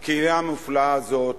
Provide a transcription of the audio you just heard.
הקהילה המופלאה הזאת